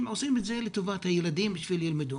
עושים את זה לטובת הילדים בשביל שילמדו.